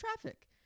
traffic